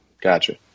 Gotcha